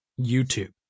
YouTube